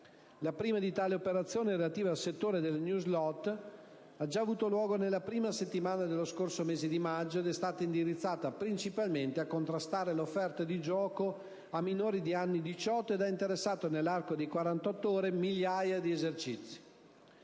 La prima di tali operazioni, relativa al settore delle *newslot*, ha già avuto luogo nella prima settimana dello scorso mese di maggio ed è stata indirizzata principalmente a contrastare l'offerta di gioco a minori di anni 18 e ha interessato, nell'arco di 48 ore, migliaia di esercizi.